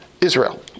Israel